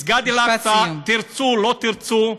מסגד אל-אקצא, תרצו או לא תרצו,